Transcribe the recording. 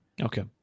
Okay